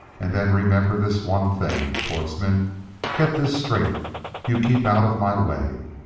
and then remember this one thing, schwartzmann get this straight you keep out of my way.